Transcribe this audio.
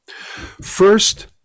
First